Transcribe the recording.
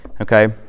okay